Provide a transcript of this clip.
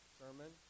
sermon